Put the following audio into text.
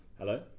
Hello